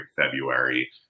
February